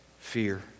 Fear